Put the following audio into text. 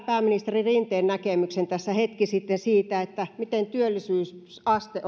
pääministeri rinteen näkemyksen tässä hetki sitten siitä miten työllisyysaste